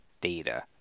data